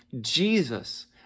Jesus